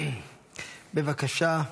בבקשה.